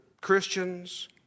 Christians